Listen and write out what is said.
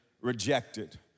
rejected